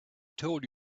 told